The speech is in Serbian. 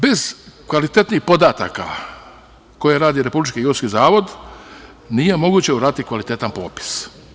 Bez kvalitetnih podataka, koje radi Republički geodetski zavod, nije moguće uraditi kvalitetan popis.